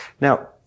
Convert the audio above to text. Now